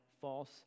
false